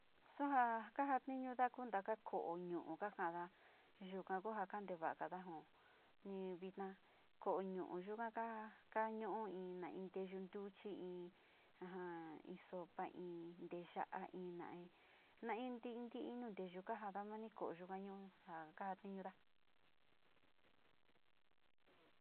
Suu ja kajatiñuda, taka ko´o ñu´u kakada, yuka ko ja kante va´agada jo ni vina ko´o ñu´u yoka kañu´u in no in nteyo ntuchi, in sopa, in nteya´a in na in nain nain nti´i, nti´i nu nteyu kajada ma ñu ko´oyo kañu ja kajatinuda.